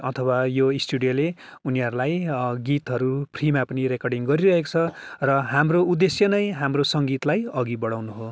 अथवा यो स्टुडियोले उनीहरूलाई गीतहरू फ्रिमा पनि रेकर्डिङ गरि रहेको छ र हाम्रो उद्देश्य नै हाम्रो सङ्गीतलाई अघि बढाउनु हो